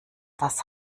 das